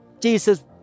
Jesus